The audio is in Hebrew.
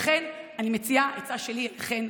לכן אני מציעה, עצה שלי אליכן,